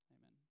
Amen